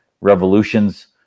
revolutions